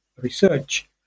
research